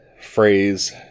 phrase